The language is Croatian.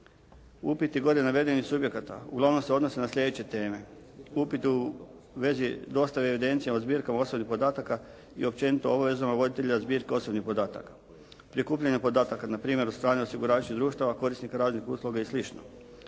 Upiti gore navedenih subjekata uglavnom se odnose na sljedeće teme: upit u vezi dostave evidencija o zbirkama osobnih podataka i općenito obavezama voditelja zbirke osobnih podataka, prikupljanje podataka na primjer od strane osiguravajućih društava, korisnika raznih usluga i